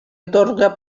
atorga